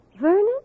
Vernon